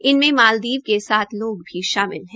इनमें मालदीप के सात लोग भी शामिल है